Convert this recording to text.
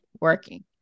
working